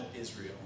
Israel